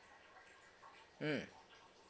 mm